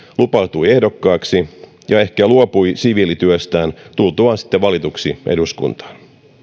lupautui ehdokkaaksi ja ehkä luopui siviilityöstään tultuaan sitten valituksi eduskuntaan